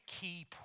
key